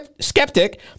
skeptic